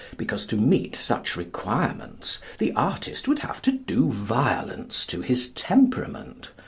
because to meet such requirements the artist would have to do violence to his temperament,